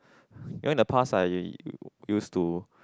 you know in the past I used to